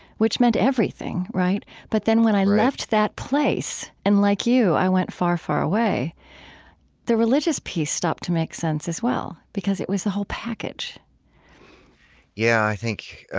which meant everything right but then, when i left that place and like you, i went far, far away the religious piece stopped to make sense, as well, because it was the whole package yeah i think,